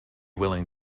willing